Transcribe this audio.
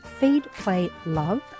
feedplaylove